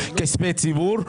כספי ציבור,